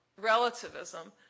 relativism